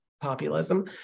populism